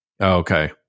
Okay